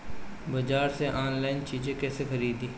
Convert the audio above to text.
बाजार से आनलाइन चीज कैसे खरीदी?